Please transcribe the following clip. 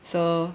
so